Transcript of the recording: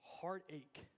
heartache